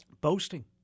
boasting